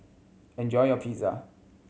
enjoy your Pizza